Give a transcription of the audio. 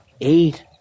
Eight